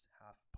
half